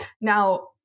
Now